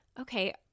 okay